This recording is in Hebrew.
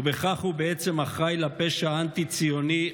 ובכך הוא בעצם אחראי לפשע האנטי-ציוני,